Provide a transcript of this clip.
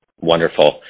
Wonderful